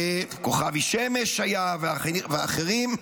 כוכבי שמש היה ואחרים,